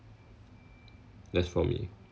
that's for me